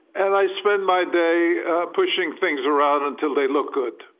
and i spend my day pushing things around until they look good.